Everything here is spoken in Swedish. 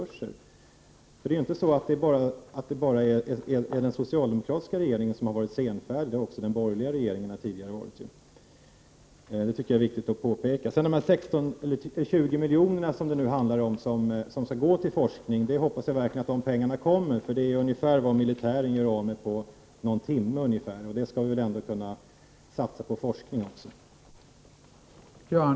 Det är ju inte så att bara den socialdemokratiska regeringen har varit senfärdig, utan det har också de tidigare borgerliga regeringarna varit — det tycker jag är viktigt att påpeka. De 16 eller numera 20 miljoner som skall gå till forskning hoppas jag verkligen kommer. De pengarna är ju ungefär vad militären gör av med på någon timme, och det skall vi väl ändå kunna satsa på forskningen?